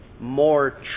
more